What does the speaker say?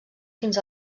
fins